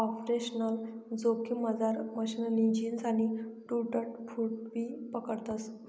operational जोखिममझार मशीननी झीज आणि टूट फूटबी पकडतस